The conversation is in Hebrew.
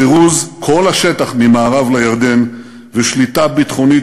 פירוז כל השטח ממערב לירדן ושליטה ביטחונית